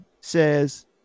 says